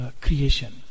creation